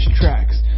tracks